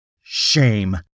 Shame